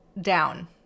down